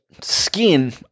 skin